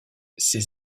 ses